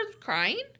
crying